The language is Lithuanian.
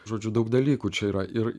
žodžiu daug dalykų čia yra ir